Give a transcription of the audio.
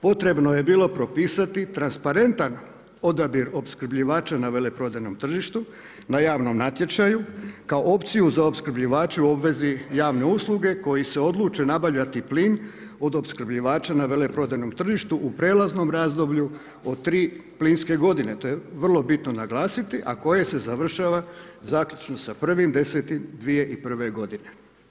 Potrebno je bilo propisati transparentan odabir opskrbljivača na veleprodajnom tržištu na javnom natječaju kao opciju za opskrbljivače u obvezi javne usluge koji se odluče nabavljati plin od opskrbljivača na veleprodajnom tržištu u prelaznom razdoblju od tri plinske godine, to je vrlo bitno naglasiti, a koje se završava zaključno sa 1.10.2001. godine.